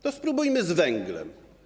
To spróbujmy z węglem.